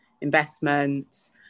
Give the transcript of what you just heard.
investments